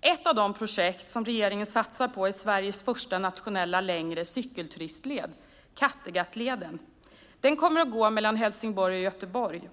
Ett av de projekt som regeringen satsar på är Sveriges första längre nationella cykelturistled, Kattegattleden. Den kommer att gå mellan Helsingborg och Göteborg.